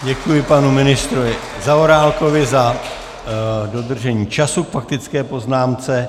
Děkuji panu ministrovi Zaorálkovi za dodržení času k faktické poznámce.